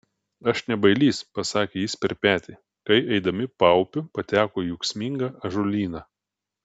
aš ne bailys pasakė jis per petį kai eidami paupiu pateko į ūksmingą ąžuolyną